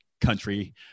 country